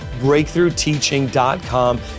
BreakthroughTeaching.com